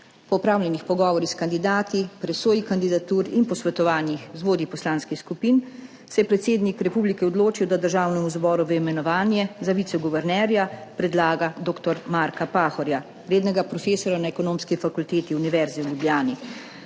Po opravljenih pogovorih s kandidati, presoji kandidatur in posvetovanjih z vodji poslanskih skupin se je predsednik republike odločil, da Državnemu zboru v imenovanje za viceguvernerja predlaga dr. Marka Pahorja, rednega profesorja na Ekonomski fakulteti Univerze v Ljubljani.